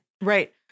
right